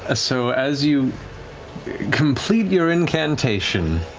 ah so as you complete your incantation,